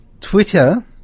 Twitter